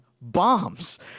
bombs